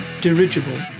Dirigible